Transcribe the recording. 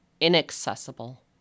inaccessible